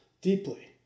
deeply